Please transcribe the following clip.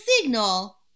signal